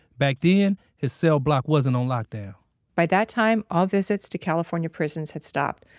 back then his cell block wasn't on lockdown by that time, all visits to california prisons had stopped.